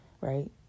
right